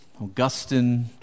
Augustine